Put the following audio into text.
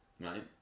right